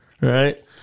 right